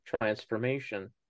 transformation